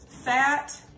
fat